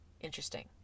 Interesting